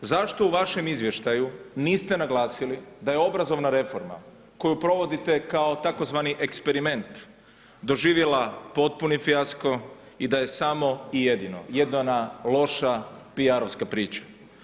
Zašto u vašem izvještaju niste naglasili da je obrazovna reforma koju provodite kao tzv. eksperiment doživjela potpuni fijasko i da je samo i jedino jedina loša PR-ovska priča?